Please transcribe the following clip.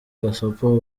gasopo